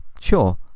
Sure